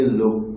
look